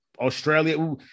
Australia